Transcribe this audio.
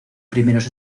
primeros